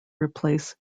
replace